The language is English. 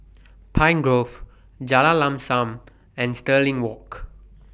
Pine Grove Jalan Lam SAM and Stirling Walk